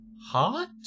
hot